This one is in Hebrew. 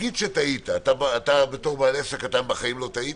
נגיד שטעית אתה כבעל עסק קטן בחיים לא טעית,